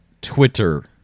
Twitter